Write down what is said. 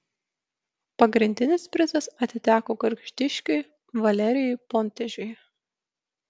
pagrindinis prizas atiteko gargždiškiui valerijui pontežiui